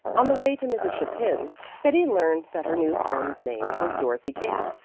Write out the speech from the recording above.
on the way to mrs. chapin's betty learned that her new friend's name was dorothy king,